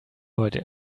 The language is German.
heute